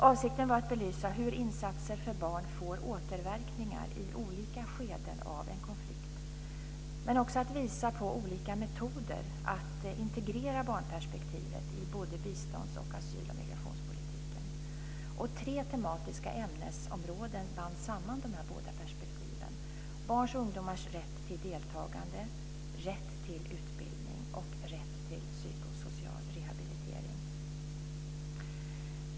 Avsikten var att belysa hur insatser för barn får återverkningar i olika skeden av en konflikt och att visa på olika metoder att integrera barnperspektivet i både bistånds-, asyl och migrationspolitiken. Tre tematiska ämnesområden band samman de här båda perspektiven: barns och ungdomars rätt till deltagande, rätt till utbildning och rätt till psykosocial rehabilitering.